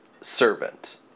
servant